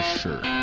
sure